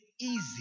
easy